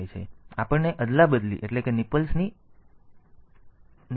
પછી આપણને અદલાબદલી એટલે કે નિબલ્સની અદલાબદલી મળી છે